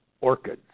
orchids